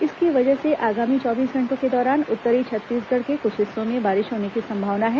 इसकी वजह से आगामी चौबीस घंटों के दौरान उत्तरी छत्तीसगढ़ के कुछ हिस्सों में बारिश होने की संभावना है